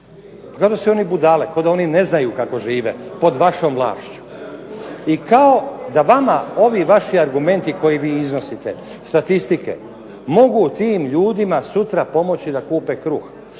Kao da su oni budale, kao da oni ne znaju kako žive pod vašom vlašću. I kao da vama ovi vaši argumenti koje vi iznosite, statistike mogu tim ljudima sutra pomoći da kupe kruh,